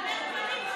שאלתי על האמון.